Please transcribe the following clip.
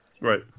Right